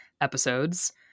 episodes